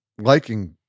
liking